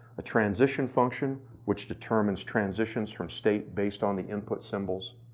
a transition function, which determines transitions from state based on the input symbols.